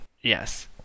Yes